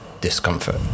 discomfort